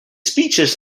speeches